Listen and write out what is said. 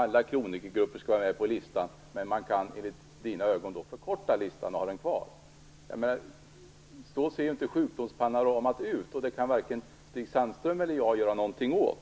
Alla kronikergrupper skall vara med på listan, men enligt Stig Sandström kan man förkorta listan och ändå ha den kvar. Så ser inte sjukdomspanoramat ut, och det kan varken Stig Sandström eller jag göra någonting åt.